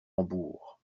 rambourg